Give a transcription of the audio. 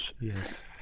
Yes